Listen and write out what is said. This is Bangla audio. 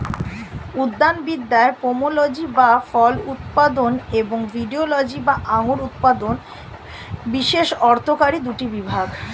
উদ্যানবিদ্যায় পোমোলজি বা ফল উৎপাদন এবং ভিটিলজি বা আঙুর উৎপাদন বিশেষ অর্থকরী দুটি বিভাগ